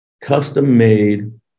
custom-made